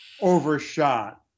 overshot